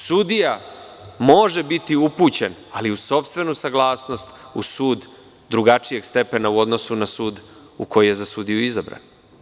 Sudija može biti upućen, ali uz sopstvenu saglasnost, u sud drugačijeg stepena u odnosu na sud u koji je za sudiju izabran.